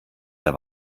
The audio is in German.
der